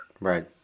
Right